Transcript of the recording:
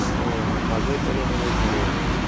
ओ आनी म्हाजोय चलो णववेक मरे अंदूं